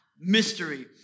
mystery